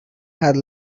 had